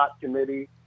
committee